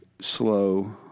slow